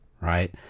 right